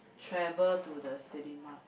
travel to the cinema